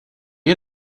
you